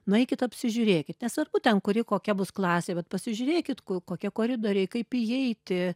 nueikit apsižiūrėkit nesvarbu ten kuri kokia bus klasė bet pasižiūrėkit kokie koridoriai kaip įeiti